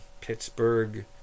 Pittsburgh